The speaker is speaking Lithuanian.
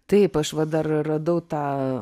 taip aš va dar radau tą